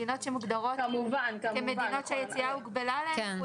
מדינות שמוגדרות כמדינות שהיציאה הוגבלה אליהן,